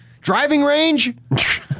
driving-range